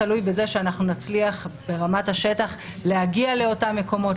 תלוי בזה שנצליח להגיע ברמת השטח לאותם מקומות,